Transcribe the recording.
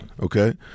Okay